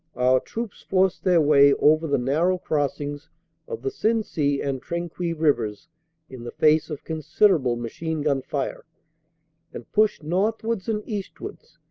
our troops forced their way over the nar row crossings of the sensee and trinquis rivers in the face of considerable machine-gun fire and pushed northwards and eastwards,